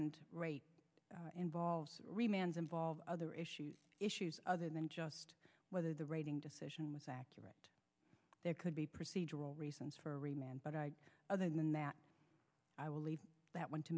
and rate involved remands involved other issues issues other than just whether the rating decision is accurate there could be procedural reasons for a man but i other than that i will leave that went to